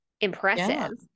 impressive